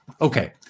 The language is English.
Okay